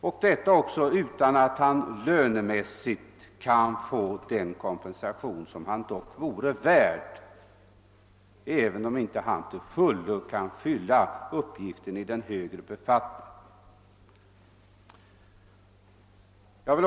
Dessutom kan han inte få den lönemässiga kompensation som han dock vore värd, även om han inte till fullo kan fylla. uppgifterna i den högre befattningen.